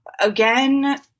again